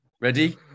ready